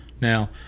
Now